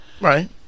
Right